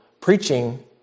Preaching